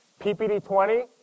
PPD-20